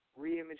Reimage